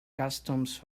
customs